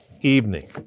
evening